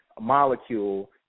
molecule